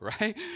right